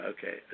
Okay